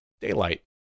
daylight